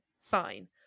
fine